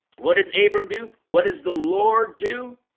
what does abram do what does the lord do?